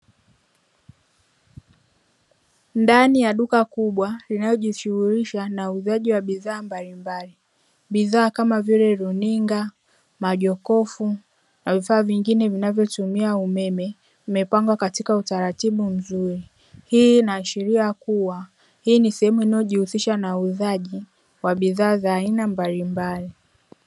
Ndani ya duka kubwa linalojishughulisha na uuzaji wa bidhaa mbalimbali, bidhaa kama vile runinga, majokofu na vifaa vingine vinavyotumia umeme vimeoangwa katika utaratibu mzuri, hii inaashiria kuwa hii ni sehemu inayojihusisha na uuzaji wa bidhaa za aina mbalimbali.